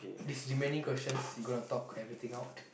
this remaining questions you gonna talk everything out